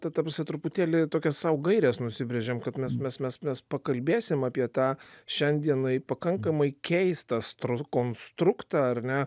ta ta prasme truputėlį tokias sau gaires nusibrėžėm kad mes mes mes mes pakalbėsim apie tą šiandienai pakankamai keistą stro konstruktą ar ne